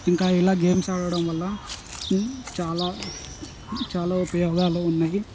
ఇంకా ఇలా గేమ్స్ ఆడటం వల్ల చాలా చాలా ఉపయోగాలు ఉన్నాయి